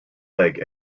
leg